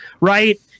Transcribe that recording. right